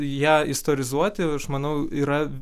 ją istorizuoti aš manau yra